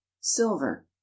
Silver